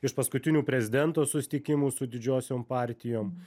iš paskutinių prezidento susitikimų su didžiosiom partijom